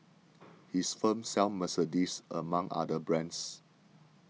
his firm sells Mercedes among other brands